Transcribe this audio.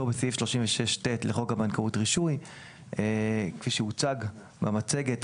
בסעיף 36ט לחוק הבנקאות (רישוי); כפי שהוצג במצגת,